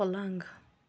پَلنٛگ